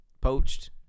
Poached